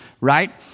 right